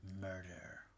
Murder